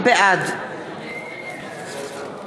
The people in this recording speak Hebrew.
בעד